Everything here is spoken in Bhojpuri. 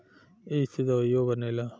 ऐइसे दवाइयो बनेला